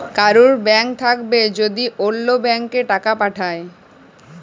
কারুর ব্যাঙ্ক থাক্যে যদি ওল্য ব্যাংকে টাকা পাঠায়